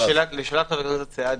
לשאלת חבר הכנסת בעדי,